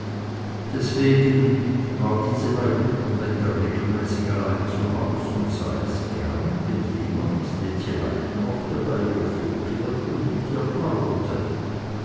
deswegen war diese bei gutem wetter regelmäßig allein zu hause und sah es gern wenn jemand den sie leiden mochte bei ihr vorkehrte und mit ihr plauderte